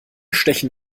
stechen